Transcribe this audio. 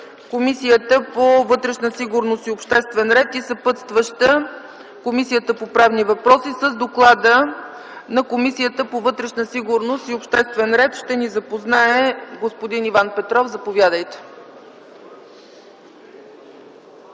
Комисия по вътрешна сигурност и обществен ред и съпътстваща - Комисията по правни въпроси. С доклада на Комисията по вътрешна сигурност и обществен ред ще ни запознае господин Иван Петров. Заповядайте!